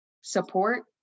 support